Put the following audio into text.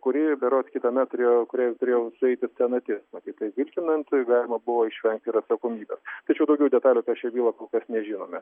kuri berods kitąmet turėjo kuriai turėjo sueiti senatis matyt taip vilkinant galima buvo išvengti ir atsakomybės tačiau daugiau detalių apie šią bylą kol kas nežinome